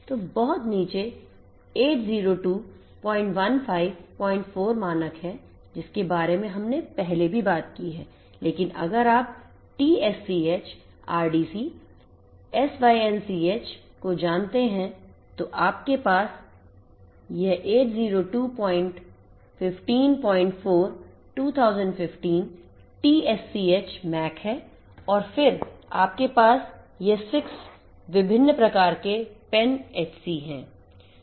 तो बहुत नीचे 802154 मानक है जिसके बारे में हमने पहले भी बात कि हैं लेकिन अगर आप TSCH RDC SYNCH को जानते हैं तो आपके पास यह 802154 2015 TSCH MAC है और फिर आपके पास यह 6 विभ्भिन प्रकार के पैन - एचसी है